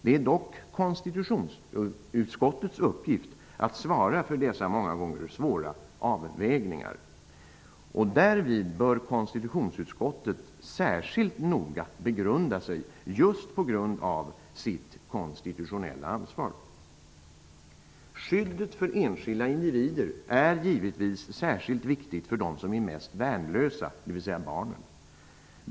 Det är dock konstitutionsutskottets uppgift att svara för dessa många gånger svåra avvägningar. Detta bör konstitutionsutskottet särskilt noga begrunda just på grund av sitt konstitutionella ansvar. Skyddet för enskilda individer är givetvis särskilt viktigt för dem som är mest värnlösa, dvs. barnen.